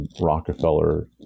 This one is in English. Rockefeller